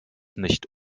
nicht